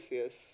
yes